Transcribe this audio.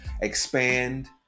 expand